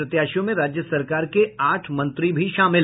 प्रत्याशियों में राज्य सरकार के आठ मंत्री भी शामिल